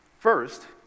First